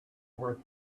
were